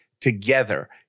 together